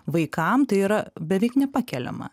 vaikam tai yra beveik nepakeliama